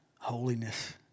holiness